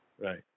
Right